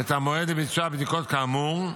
את המועד לביצוע בדיקות כאמור,